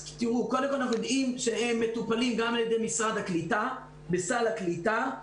אנחנו יודעים שהם מטופלים על-ידי משרד הקליטה בסל הקליטה.